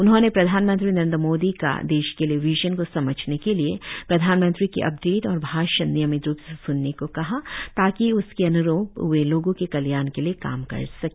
उन्होंने प्रधानमंत्री नरेंद्र मोदी का देश के लिए वीजन को समझने के लिए प्रधानमंत्री के अपडेट और भाषण नियमित रुप से स्नने को कहा ताकि उसके अन्रुप वे लोगो के कल्याण के लिए काम कर सके